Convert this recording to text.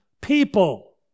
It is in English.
people